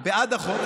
בעד החוק,